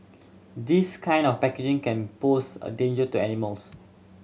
this kind of packaging can pose a danger to animals